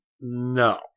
No